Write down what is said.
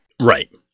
Right